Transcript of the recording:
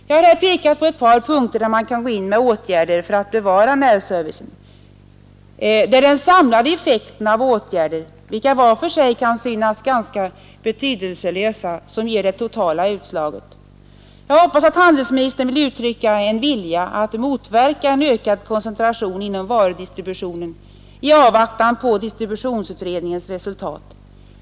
Jag har här pekat på ett par punkter där man kan sätta in sådana åtgärder. Men det är den samlade effekten av åtgärder, vilka var för sig kan synas ganska betydelselösa, som ger det totala utslaget. Jag hoppas också att handelsministern vill uttrycka en avsikt att motverka ökad koncentration inom varudistributionen i avvaktan på distributionsutredningens resultat.